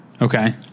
Okay